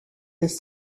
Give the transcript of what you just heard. ist